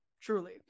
Truly